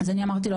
אז אני אמרתי לו,